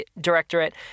Directorate